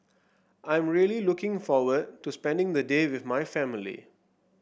I'm really looking forward to spending the day with my family